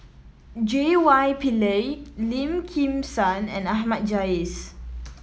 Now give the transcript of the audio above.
J Y Pillay Lim Kim San and Ahmad Jais